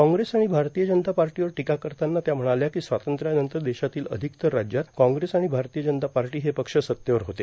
काँग्रेस आणि भारतीय जनता पार्टीवर टीका करताना त्या म्हणाल्या की स्वातत्र्यानंतर देशातील अधिकतर राज्यात काँग्रेस आणि भारतीय जनता पार्टी हे पक्ष सत्तेवर होते